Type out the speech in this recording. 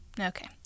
Okay